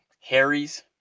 Harry's